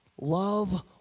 Love